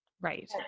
right